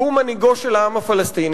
כי הוא מנהיגו של העם הפלסטיני,